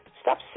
Stop